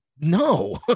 No